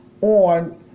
on